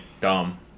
dumb